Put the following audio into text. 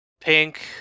Pink